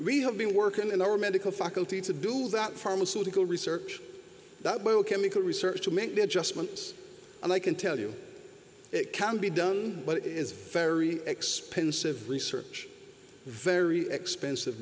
have been workin in our medical faculty to do that pharmaceutical research that biochemical research to make the adjustments and i can tell you it can be done but it is very expensive research very expensive